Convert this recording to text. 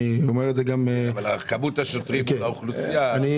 אבל מספר השוטרים ביחס לאוכלוסייה הוא